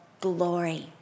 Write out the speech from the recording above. glory